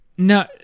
No